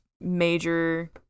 major